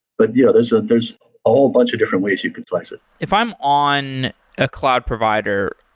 but yeah there's ah there's all bunch of different ways you can flex it if i'm on a cloud provider,